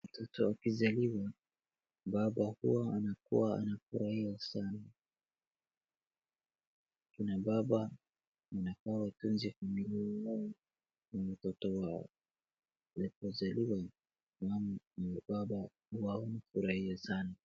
Mtoto akizaliwa, baba huwa anakuwa anafurahia sana. Akina baba inafaa watunze akina mama na mtoto wao, wanapozaliwa mama na baba wanafurahia sana.